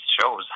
shows